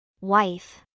Wife